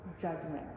judgment